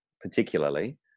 particularly